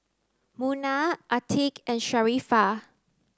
Munah Atiqah and Sharifah